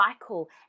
cycle